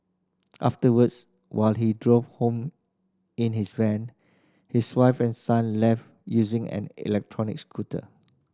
afterwards while he drove home in his van his wife and son left using an electric scooter